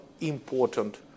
important